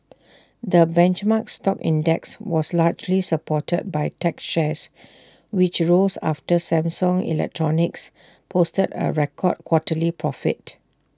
the benchmark stock index was largely supported by tech shares which rose after Samsung electronics posted A record quarterly profit